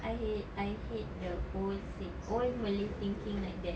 I hate I hate the old said old malay thinking like that